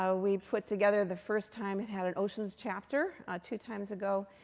ah we put together the first time. it had an oceans chapter two times ago.